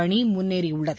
அணி முன்னேறியுள்ளது